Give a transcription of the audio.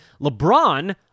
LeBron